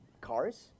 cars